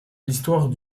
l’histoire